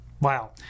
wow